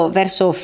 verso